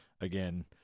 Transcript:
again